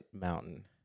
mountain